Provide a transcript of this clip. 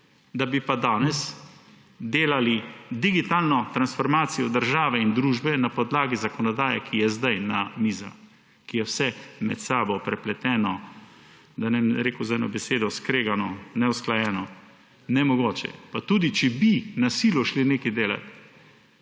da bi pa danes delali digitalno transformacijo države in družbe na podlagi zakonodaje, ki je zdaj na mizah, ko je vse med sabo prepleteno, da ne bom rekel z eno besedo skregano, neusklajeno. Nemogoče je! Pa tudi, če bi na silo šli nekaj delat,